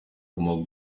guma